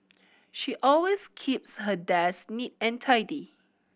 she always keeps her desk neat and tidy